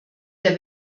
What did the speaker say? der